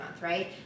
right